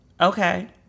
okay